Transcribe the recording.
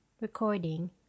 Recording